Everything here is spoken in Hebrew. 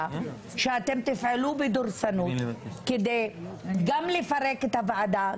שאתם תפעלו בדורסנות כדי גם לפרק את הוועדה,